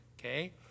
Okay